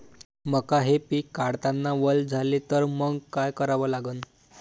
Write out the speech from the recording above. मका हे पिक काढतांना वल झाले तर मंग काय करावं लागन?